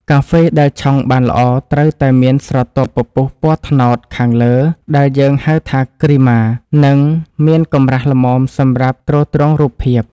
កាហ្វេដែលឆុងបានល្អត្រូវតែមានស្រទាប់ពពុះពណ៌ត្នោតខាងលើដែលយើងហៅថាគ្រីម៉ា និងមានកម្រាស់ល្មមសម្រាប់ទ្រទ្រង់រូបភាព។